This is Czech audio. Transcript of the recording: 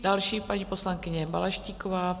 Další, paní poslankyně Balaštíková.